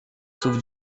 sauve